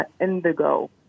indigo